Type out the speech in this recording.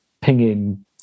pinging